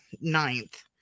ninth